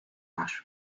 var